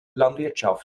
landwirtschaft